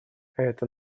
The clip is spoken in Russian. это